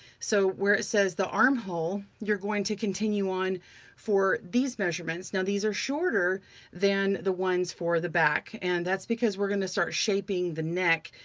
so where it says the armhole, you're going to continue on for these measurements. now these are shorter than the ones for the back and that's because we're gonna start shaping the neck,